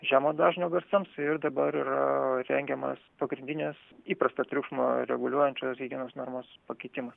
žemo dažnio garsams ir dabar yra rengiamas pagrindinės įprastą triukšmą reguliuojančios higienos normos pakeitimas